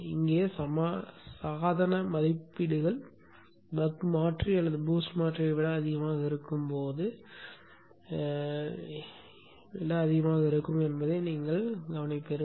இங்கே சாதன மதிப்பீடுகள் பக் மாற்றி அல்லது BOOST மாற்றியை விட அதிகமாக இருக்கும் என்பதை நீங்கள் காண்கிறீர்கள்